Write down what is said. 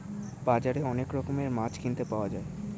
বাজারে অনেক রকমের মাছ কিনতে পাওয়া যায়